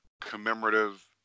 commemorative